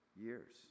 years